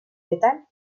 metal